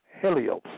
helios